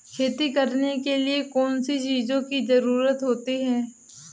खेती करने के लिए कौनसी चीज़ों की ज़रूरत होती हैं?